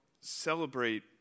celebrate